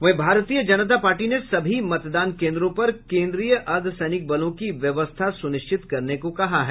वहीं भारतीय जनता पार्टी ने सभी मतदान केन्द्रों पर केन्द्रीय अद्वैसैनिक बलों की व्यवस्था सुनिश्चित करने को कहा है